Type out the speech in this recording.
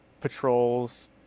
patrols